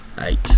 eight